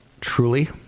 truly